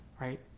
right